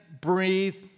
breathe